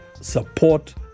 support